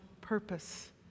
purpose